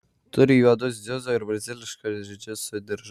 turi juodus dziudo ir braziliškojo džiudžitsu diržus